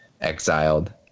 exiled